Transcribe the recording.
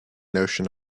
notion